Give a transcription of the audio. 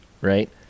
right